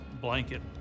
blanket